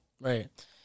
Right